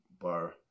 bar